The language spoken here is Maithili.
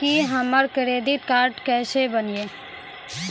की हमर करदीद कार्ड केसे बनिये?